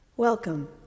Welcome